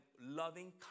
loving